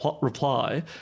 reply